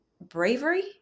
bravery